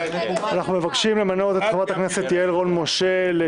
אנחנו מבקשים למנות את חברת הכנסת יעל רון בן משה מכחול